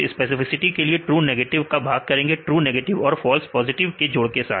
फिर स्पेसिफिसिटी के लिए ट्रू नेगेटिव का भाग करेंगे टू नेगेटिव और फॉल्स पॉजिटिव के जोड़ के साथ